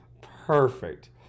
Perfect